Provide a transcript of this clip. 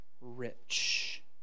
rich